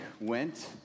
went